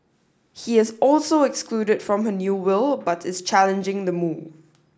he is also excluded from her new will but is challenging the move